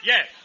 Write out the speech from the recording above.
Yes